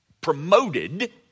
promoted